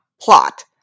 plot